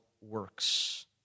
works